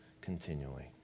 continually